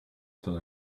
still